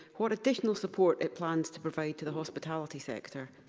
what additional support it plans to provide to the hospitality sector.